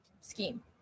scheme